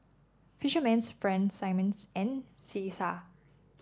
Fisherman's Friends Simmons and Cesar